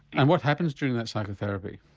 and what happens during that psychotherapy?